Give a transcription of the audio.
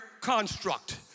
construct